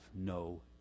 no